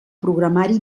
programari